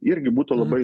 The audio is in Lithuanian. irgi būtų labai